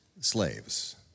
slaves